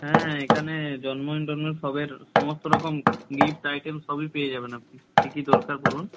হ্যাঁ এখানে জন্মদিন টন্ম সবের সমস্ত রকম গিফট আইটেম সবই পেয়ে যাবেন আপনি কী কী দরকার বলুন